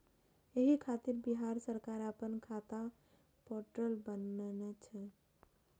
एहि खातिर बिहार सरकार अपना खाता पोर्टल बनेने छै